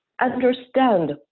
understand